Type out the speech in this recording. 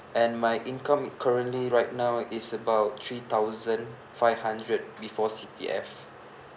and my income currently right now is about three thousand five hundred before C_P_F